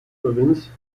province